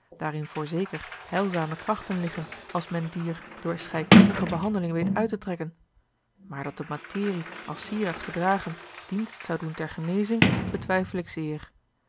daarin voorzeker heilzame krachten liggen als men die er door scheikundige behandeling weet uit te trekken maar dat de materie als sieraad gedragen dienst zou doen ter genezing betwijfel ik zeer